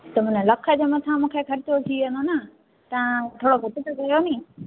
त माना लख जे मथां मूंखे खर्चो थी वेंदो न त थोड़ो त कयो नि